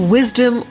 Wisdom